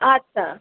আচ্ছা